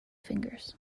fingers